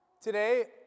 Today